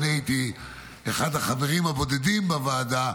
אני הייתי אחד החברים הבודדים בוועדה,